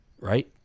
right